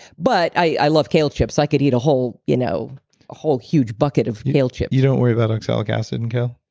but i love kale chips. i could eat a whole, you know, a whole huge bucket of kale chips you don't worry about oxalic acid in kale?